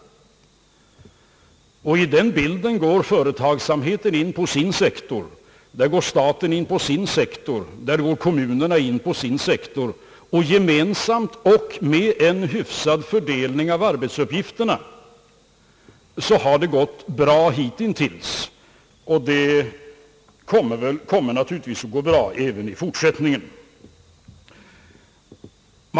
I den bilden går företagsamheten in på sin sektor, staten går in på sin, kommunerna på sin. Gemensamt, med en hyfsad uppdelning av arbetsuppgifterna har det gått bra hitintills, och det kommer naturligtvis att gå bra även i fortsättningen.